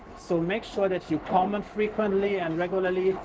so make sure, that you comment frequently and regularly.